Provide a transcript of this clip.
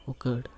ओकर